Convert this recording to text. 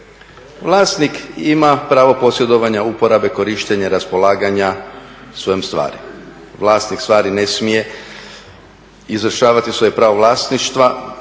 Vlasnik ima pravo posjedovanja uporabe, korištenja, raspolaganja svojom stvari. Vlasnik stvari ne smije izvršavati svoje pravo vlasništva